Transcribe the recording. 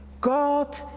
God